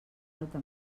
alta